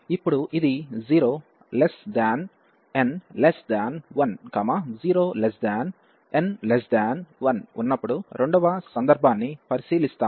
ఇప్పుడు ఇది 0n1 0n1 ఉన్నప్పుడు రెండవ సందర్భాన్ని పరిశీలిస్తాము